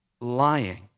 lying